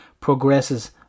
progresses